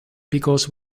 because